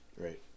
right